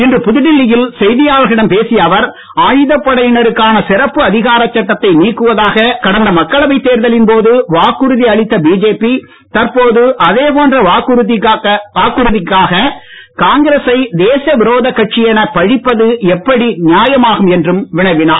இன்று புதுடில்லி யில் செய்தியாளர்களிடம் பேசிய அவர் ஆயுதப் படையினருக்கான சிறப்பு அதிகார சட்டத்தை நீக்குவதாக கடந்த மக்களவைத் தேர்தலின்போது வாக்குறுதி அளித்த பிஜேபி தற்போது அதே போன்ற வாக்குறுதிக்காக காங்கிரசை தேச விரோதக் கட்சி எனப் பழிப்பது எப்படி நியாயமாகும் என்றும் வினவினார்